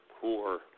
poor